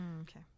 Okay